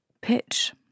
Pitch